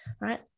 right